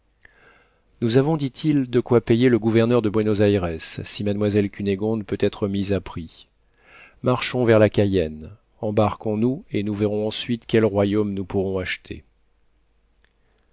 nous avons dit-il de quoi payer le gouverneur de buénos ayres si mademoiselle cunégonde peut être mise à prix marchons vers la cayenne embarquons nous et nous verrons ensuite quel royaume nous pourrons acheter